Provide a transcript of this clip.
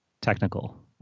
technical